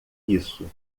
isso